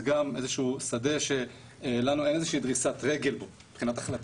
זה גם איזשהו שדה שלנו אין איזושהי דריסת רגל בו מבחינת החלטה.